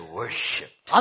worshipped